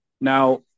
now